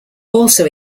also